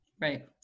right